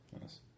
Yes